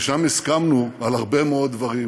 ושם הסכמנו על הרבה מאוד דברים: